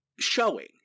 showing